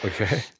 Okay